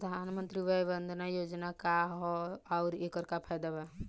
प्रधानमंत्री वय वन्दना योजना का ह आउर एकर का फायदा बा?